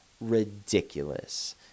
ridiculous